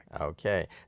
Okay